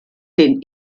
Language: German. den